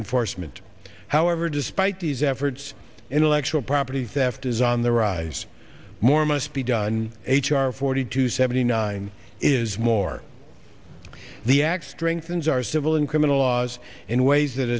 enforcement however despite these efforts intellectual property theft is on the rise more must be done h r forty to seventy nine is more the act strengthens our civil and criminal laws in ways that